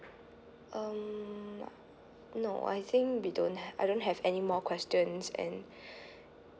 um no I think we don't ha~ I don't have any more questions and